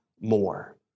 more